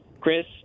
Chris